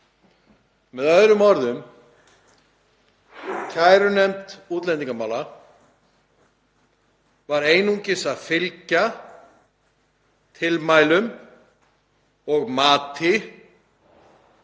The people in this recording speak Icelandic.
Með öðrum orðum: Kærunefnd útlendingamála var einungis að fylgja tilmælum og mati